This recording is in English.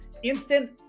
instant